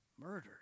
murdered